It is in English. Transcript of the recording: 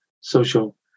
social